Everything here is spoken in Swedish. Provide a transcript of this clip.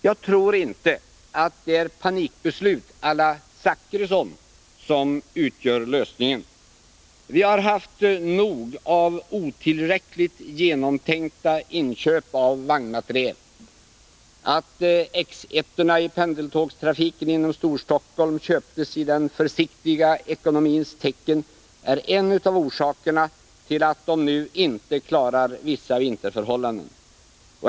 Jag tror inte att det är panikbeslut å la Zachrisson som utgör lösningen. Vi har haft nog av otillräckligt genomtänkta inköp av vagnmateriel. Att X 1-orna i pendeltrafiken inom Storstockholm köptes i den försiktiga ekonomins tecken är en av orsakerna till att de nu inte klarar vissa vinterförhållanden.